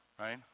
Right